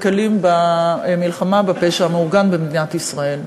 כלים במלחמה בפשע המאורגן במדינת ישראל.